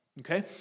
Okay